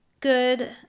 good